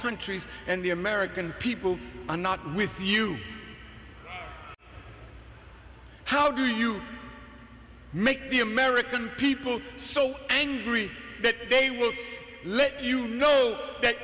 countries and the american people are not with you how do you make the american people so angry that they will say let you know that